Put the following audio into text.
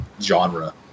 genre